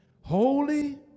holy